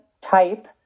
type